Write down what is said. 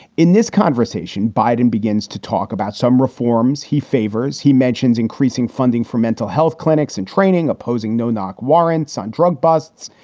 in this conversation, biden begins to talk about some reforms he favors. he mentions increasing funding for mental health clinics and training, opposing no knock warrants on drug busts,